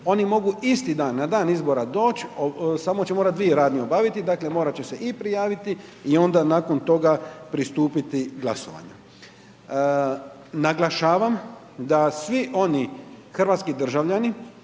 oni mogu isti dan na dan izbora doć, samo će morat dvije radnje obaviti, dakle, morat će se i prijaviti i onda nakon toga pristupiti glasovanju. Naglašavam da svi oni hrvatski državljani